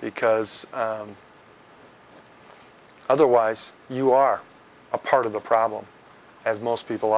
because otherwise you are a part of the problem as most people